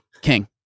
king